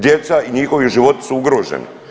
Djeca i njihovi životi su ugroženi.